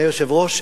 אדוני היושב-ראש,